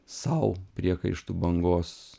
sau priekaištų bangos